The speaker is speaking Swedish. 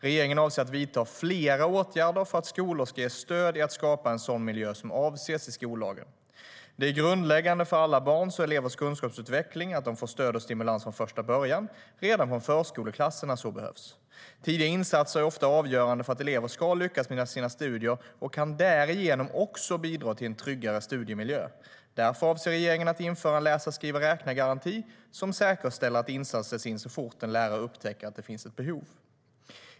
Regeringen avser att vidta flera åtgärder för att skolor ska ges stöd i att skapa en sådan miljö som avses i skollagen. Det är grundläggande för alla barns och elevers kunskapsutveckling att de får stöd och stimulans från första början, redan från förskoleklass när så behövs. Tidiga insatser är ofta avgörande för att elever ska lyckas med sina studier och kan därigenom också bidra till en tryggare studiemiljö. Därför avser regeringen att införa en läsa-skriva-räkna-garanti som säkerställer att insatser sätts in så fort en lärare upptäcker att det finns ett behov.